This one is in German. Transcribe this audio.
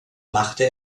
machte